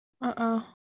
Uh-oh